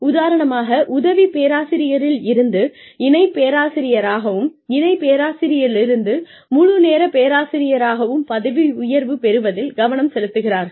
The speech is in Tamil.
உதாரணமாக உதவி பேராசிரியரில் இருந்து இணை பேராசிரியாராகவும் இணைப் பேராசிரியரிலிருந்து முழு நேரப் பேராசிரியராகவும் பதவி உயர்வு பெறுவதில் கவனம் செலுத்துகிறார்கள்